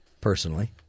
personally